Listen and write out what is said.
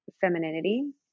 femininity